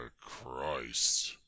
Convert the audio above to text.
Christ